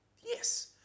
yes